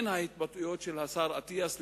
ההתבטאויות של השר אטיאס,